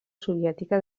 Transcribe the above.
soviètica